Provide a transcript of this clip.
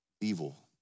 evil